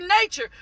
nature